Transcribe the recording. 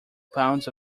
pounds